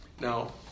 Now